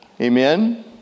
Amen